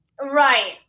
Right